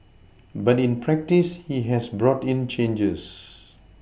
but in practice he has brought in changes